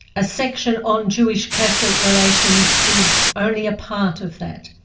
a section on jewish-catholic relations is only a part of that.